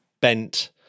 bent